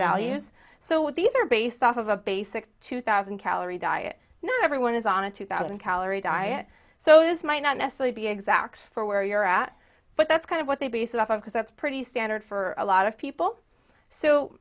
values so what these are based off of a basic two thousand calorie diet not everyone is on a two thousand calorie diet so this might not necessarily be exact for where you're at but that's kind of what they base it off of because that's pretty standard for a lot of people so